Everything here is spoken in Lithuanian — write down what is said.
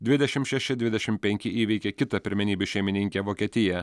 dvidešimt šeši dvidešimt penki įveikė kitą pirmenybių šeimininkę vokietiją